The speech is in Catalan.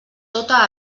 tota